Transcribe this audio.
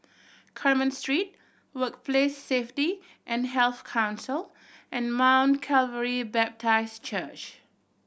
Carmen Street Workplace Safety and Health Council and Mount Calvary Baptist Church